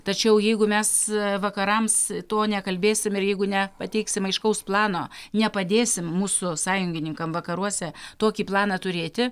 tačiau jeigu mes vakarams to nekalbėsim jeigu nepateiksim aiškaus plano nepadėsim mūsų sąjungininkam vakaruose tokį planą turėti